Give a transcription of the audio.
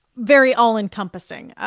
very all encompassing.